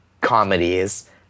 comedies